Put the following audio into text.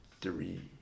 three